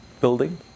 building